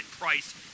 price